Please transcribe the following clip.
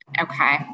Okay